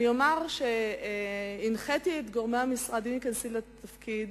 אני אומר שעם כניסתי לתפקיד